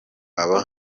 haba